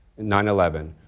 9-11